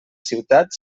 ciutat